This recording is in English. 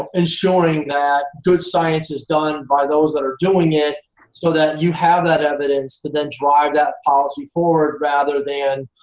ensuring that good science is done by those that are doing it so that you have that evidence to then drive that policy forward rather than.